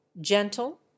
gentle